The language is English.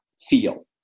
feel